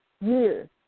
years